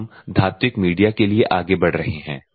अब हम धात्विक मीडिया के लिए आगे बढ़ रहे हैं